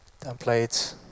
Templates